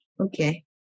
Okay